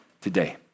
today